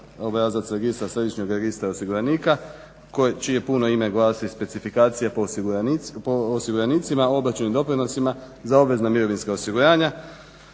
obrazac središnjeg registra osiguranika čije puno ime glasi specifikacija po osiguranicima obračun i doprinosima za obvezno mirovinsko osiguranje,